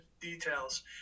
details